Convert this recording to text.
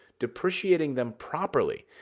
depreciating them properly,